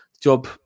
job